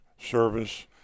service